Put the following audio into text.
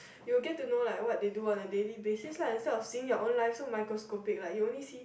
you will get to know like what they do on a daily basis lah instead of seeing your own life so microscopic like you only see